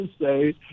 say